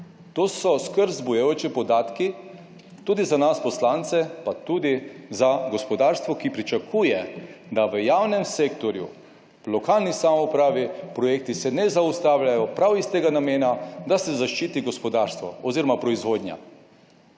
To so skrb vzbujajoči podatki, tudi za nas poslance, pa tudi za gospodarstvo, ki pričakuje, da v javnem sektorju, v lokalni samoupravi, projekti se ne zaustavljajo prav iz tega namena, da se zaščiti gospodarstvo oziroma proizvodnja.